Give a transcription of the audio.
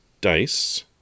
dice